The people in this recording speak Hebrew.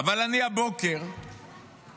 הבוקר אני